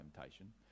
temptation